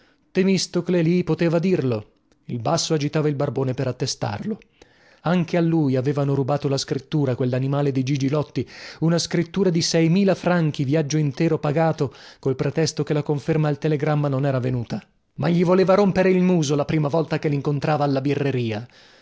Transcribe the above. temistocle lì poteva dirlo il basso agitava il barbone per attestarlo anche a lui gli avevano rubato la scrittura quel porco di gigi lotti una scrittura di seimila franchi viaggio intero pagato col pretesto che la conferma al telegramma non era venuta ma gli voleva rompere il muso la prima volta che lincontrava alla birreria